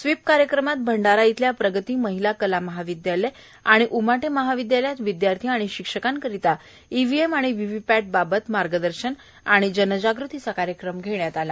sweep कार्यक्रमात भंडारा इथल्या प्रगती महिला कला महाविद्यालय आणि उमाटे महाविद्यालयात विद्यार्थी व शिक्षकांकरीता ईव्हीएम व व्हीव्हीपॅटबाबत मार्गदर्शन व जनजागृतीचा कार्यक्रम न्कताच पार पडला